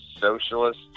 socialist